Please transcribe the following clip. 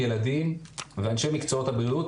ילדים ואנשי מקצועות הבריאות,